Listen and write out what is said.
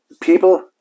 people